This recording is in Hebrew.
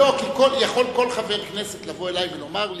יכול כל חבר כנסת לבוא אלי ולומר לי,